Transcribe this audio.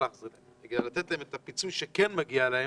הפיצוי שמגיע להם,